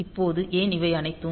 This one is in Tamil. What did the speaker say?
இப்போது ஏன் இவை அனைத்தும்